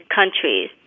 countries